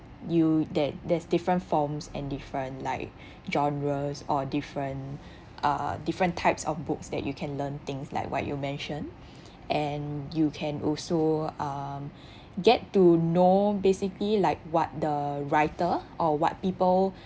you that there's different forms and different like genres or different uh different types of books that you can learn things like what you mentioned and you can also uh get to know basically like what the writer or what people